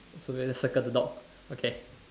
so we circle the dog okay